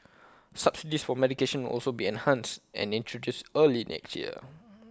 subsidies for medication will also be enhanced and introduced early next year